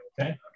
Okay